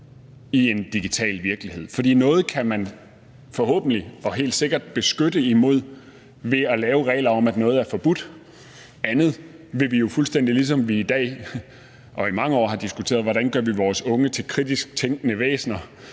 i en digital virkelighed. For noget kan man helt sikkert beskytte dem imod ved at lave regler om, at noget er forbudt. Noget andet handler om – fuldstændig ligesom vi i dag og i mange år har diskuteret det – hvordan vi gør vores unge til kritisk tænkende væsener,